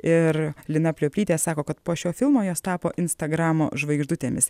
ir lina plioplytė sako kad po šio filmo jos tapo instagramo žvaigždutėmis